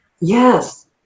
Yes